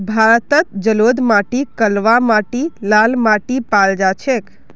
भारतत जलोढ़ माटी कलवा माटी लाल माटी पाल जा छेक